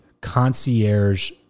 concierge